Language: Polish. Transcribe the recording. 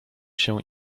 się